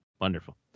Wonderful